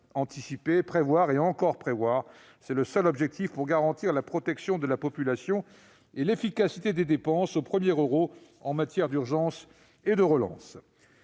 Anticiper, prévoir et encore prévoir, c'est le seul moyen pour garantir la protection de la population et l'efficacité des dépenses au premier euro en matière d'urgence et de relance.